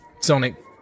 Sonic